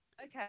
Okay